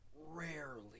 rarely